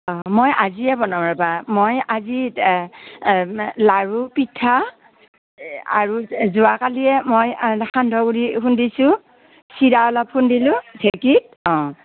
অ' মই আজিয়ে বনাম ৰ'বা মই আজি লাৰু পিঠা আৰু যোৱাকালিয়ে মই সান্দহ গুড়ি খুন্দিছোঁ চিৰা অলপ খুন্দিলোঁ ঢেঁকীত অ'